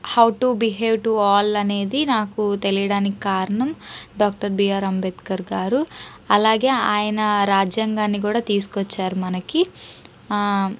how to behave to all అనేది నాకు తెలియడానికి కారణం డాక్టర్ బిఆర్ అంబేద్కర్ గారు అలాగే ఆయన రాజ్యాంగాన్ని కూడా తీసుకొచ్చారు మనకి